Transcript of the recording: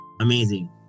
amazing